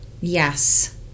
Yes